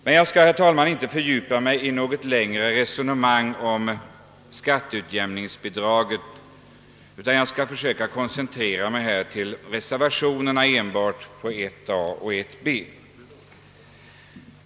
Men jag skall, herr talman, inte fördjupa mig i något längre resonemang om skatteutjämningsbidraget, utan jag skall försöka koncentrera mig enbart till reservationerna 1a och 1b.